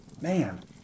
man